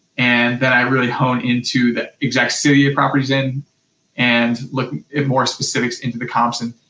and then i really hone into the exact city a properties in and look at more specifics into the comps and,